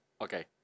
okay